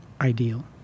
ideal